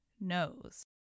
knows